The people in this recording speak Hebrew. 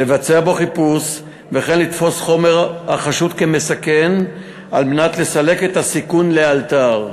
לבצע בו חיפוש וכן לתפוס חומר החשוד כמסכן כדי לסלק את הסיכון לאלתר.